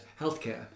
healthcare